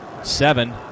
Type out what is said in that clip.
Seven